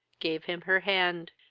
gave him her hand,